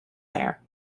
there